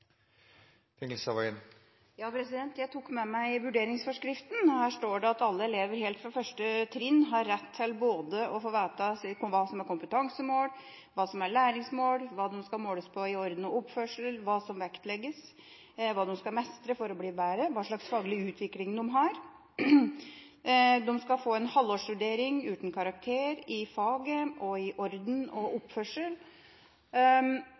Jeg har tatt med meg vurderingsforskriften. Her står det at alle elever, helt fra første trinn, har rett til både å få vite hva som er kompetansemål, hva som er læringsmål, hva man skal måles på i orden og oppførsel, hva som vektlegges, hva barna skal mestre for å bli bedre, hva slags faglig utvikling de har. De skal få en halvårsvurdering, uten karakterer, i faget og i orden og